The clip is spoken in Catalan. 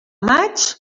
maig